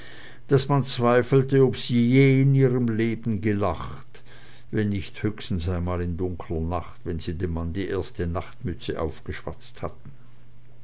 daß man zweifelte ob sie je in ihrem leben gelacht wenn nicht höchstens einmal in dunkler nacht wenn sie dem mann die erste nachtmütze aufgeschwatzt hatten